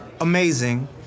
amazing